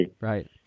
right